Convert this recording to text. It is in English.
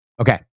Okay